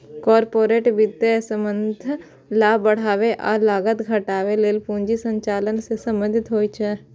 corporate वित्तक संबंध लाभ बढ़ाबै आ लागत घटाबै लेल पूंजी संचालन सं संबंधित होइ छै